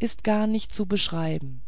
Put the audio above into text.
ist gar nicht zu beschreiben